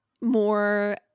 more